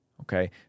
Okay